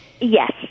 Yes